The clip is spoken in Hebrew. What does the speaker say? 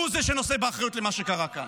הוא זה שנושא באחריות למה שקרה כאן.